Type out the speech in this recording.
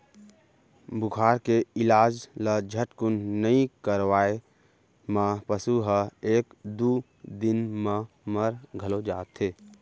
बुखार के इलाज ल झटकुन नइ करवाए म पसु ह एक दू दिन म मर घलौ जाथे